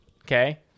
Okay